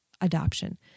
adoption